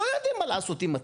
הם לא יודעים מה לעשות עם התיק.